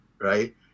right